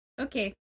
okay